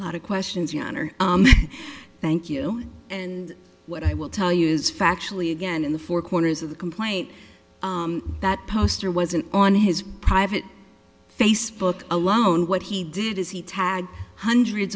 a lot of questions your honor thank you and what i will tell you is factually again in the four corners of the complaint that poster wasn't on his private facebook alone what he did is he tagged hundreds